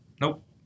Nope